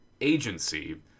agency